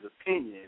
opinion